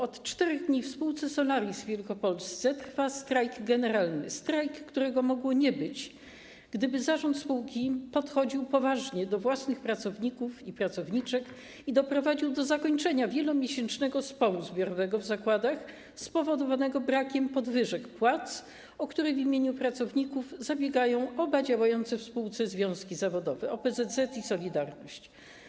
Od 4 dni w spółce Solaris w Wielkopolsce trwa strajk generalny, strajk, którego mogłoby nie być, gdyby zarząd spółki podchodził poważnie do własnych pracowników i pracowniczek i doprowadził do zakończenia wielomiesięcznego sporu zbiorowego w zakładach spowodowanego brakiem podwyżek płac, o które w imieniu pracowników zabiegają oba działające w spółce związki zawodowe: OPZZ i „Solidarność”